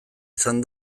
izan